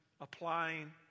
applying